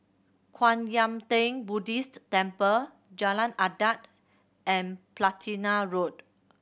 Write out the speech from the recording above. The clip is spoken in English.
Kwan Yam Theng Buddhist Temple Jalan Adat and Platina Road